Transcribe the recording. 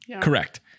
Correct